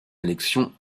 élection